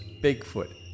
Bigfoot